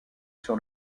sur